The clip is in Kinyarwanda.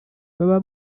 baba